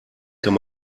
kann